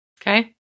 Okay